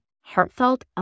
heartfelt